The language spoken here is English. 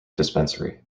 dispensary